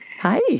Hi